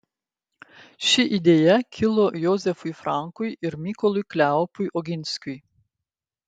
ši idėja kilo jozefui frankui ir mykolui kleopui oginskiui